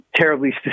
Terribly